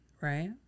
right